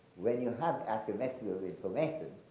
when you have asymmetry of information,